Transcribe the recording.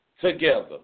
together